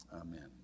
Amen